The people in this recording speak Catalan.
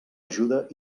ajuda